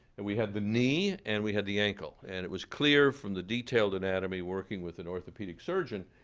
and we had the knee, and we had the ankle. and it was clear from the detailed anatomy, working with an orthopedic surgeon,